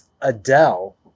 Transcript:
Adele